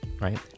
right